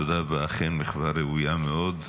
תודה רבה, אכן מחווה ראויה מאוד.